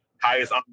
Highest